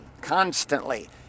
constantly